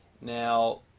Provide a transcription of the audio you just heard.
Now